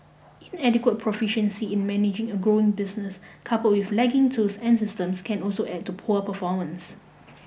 inadequate proficiency in managing a growing business couple with lagging tools and systems can also add to poor performance